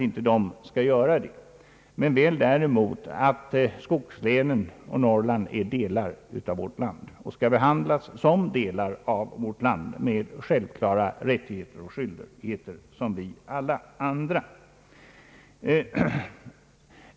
Men det betyder att skogslänen och Norrland är delar av vårt land och skall behandlas som sådana, med de självklara rättigheter och skyldigheter som gäller för landet i övrigt.